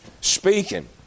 speaking